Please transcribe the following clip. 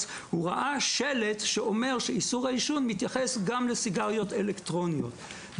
הוא ראה שלט שאיסור העישון מתייחס גם לסיגריות אלקטרוניות,